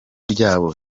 ryabo